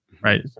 right